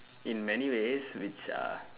in many ways which are